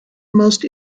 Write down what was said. most